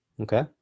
okay